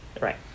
Right